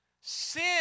Sin